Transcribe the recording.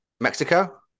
Mexico